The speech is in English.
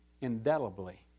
indelibly